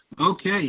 Okay